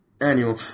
annual